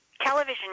television